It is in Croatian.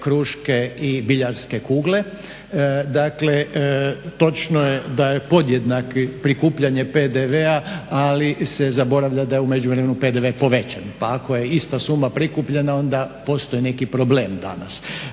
kruške i biljarske kugle. Dakle, točno je da je podjednako prikupljanje PDV-A ali se zaboravlja da je u međuvremenu PDV povećan. Pa ako je ista suma prikupljena onda postoji neki problem danas.